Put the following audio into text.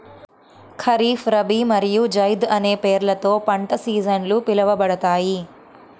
ఖరీఫ్, రబీ మరియు జైద్ అనే పేర్లతో పంట సీజన్లు పిలవబడతాయి